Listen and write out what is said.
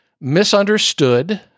misunderstood